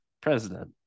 president